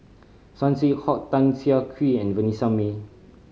Saw Swee Hock Tan Siah Kwee and Vanessa Mae